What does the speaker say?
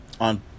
on